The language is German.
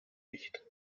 nicht